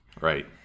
Right